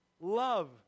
love